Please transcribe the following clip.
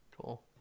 Cool